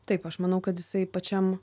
taip aš manau kad jisai pačiam